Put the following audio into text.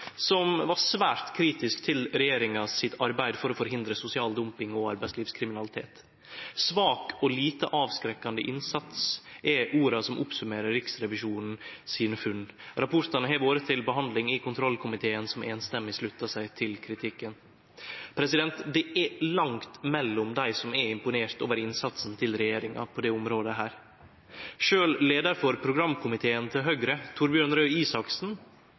som var svært kritiske til regjeringas arbeid for å hindre sosial dumping og arbeidslivskriminalitet. «Svak og lite avskrekkende innsats», er orda som oppsummerer Riksrevisjonen sine funn. Rapportane har vore til behandling i kontrollkomiteen, som einstemmig slutta seg til kritikken. Det er langt mellom dei som er imponert over innsatsen til regjeringa på dette området. Sjølv leiaren for programkomiteen til Høgre, Torbjørn Røe Isaksen,